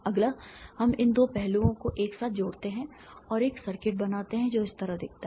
अगला हम इन 2 पहलुओं को एक साथ जोड़ते हैं और एक सर्किट बनाते हैं जो इस तरह दिखता है